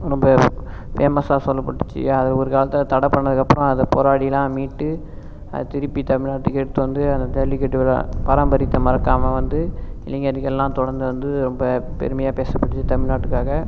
ரொம்ப பேமஸ்ஸாக சொல்லபட்டுச்சி அது ஒரு காலத்தில் தடை பண்ணதுக்கு அப்புறம் அதை போராடிலா மீட்டு அத திருப்பி தமிழ்நாட்டுக்கு எடுத்துகிட்டு வந்து ஜல்லிக்கட்டு விளையாட் பாரம்பரியத்தை மறக்காமல் வந்து இளைஞர்கள்லா தொடர்ந்து வந்து ரொம்ப பெருமையாக பேசப்பட்டுச்சு தமிழ்நாட்டுக்காக